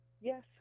Yes